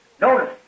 Notice